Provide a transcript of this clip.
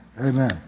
Amen